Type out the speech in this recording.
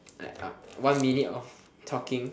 one minute of talking